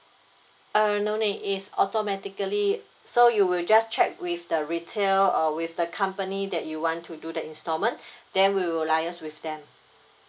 uh no need it's automatically so you will just check with the retail err with the company that you want to do the instalment then we will liaise with them